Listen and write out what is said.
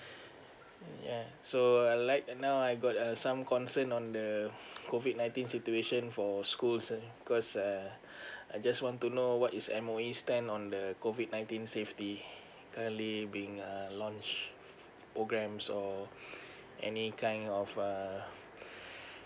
yeah so uh like now I got err some concern on the COVID nineteen situation for schools uh because uh I just want to know what is M_O_E's stand on the COVID nineteen safety err currently being launched or programs or any kind of err